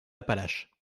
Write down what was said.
appalaches